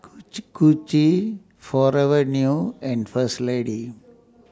Gucci Forever New and First Lady